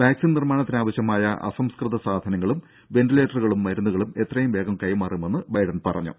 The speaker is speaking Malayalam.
വാക്സിൻ നിർമാണത്തിനാവശ്യമായ അസംസ്കൃത സാധനങ്ങളും വെന്റിലേറ്ററുകളും മരുന്നുകളും എത്രയും വേഗം കൈമാറുമെന്ന് ബൈഡൻ പറഞ്ഞു